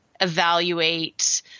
evaluate